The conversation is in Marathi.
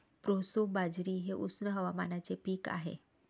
प्रोसो बाजरी हे उष्ण हवामानाचे पीक आहे